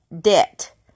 debt